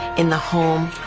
in the home,